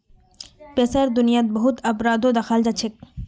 पैसार दुनियात बहुत अपराधो दखाल जाछेक